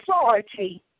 authority